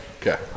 Okay